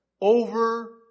over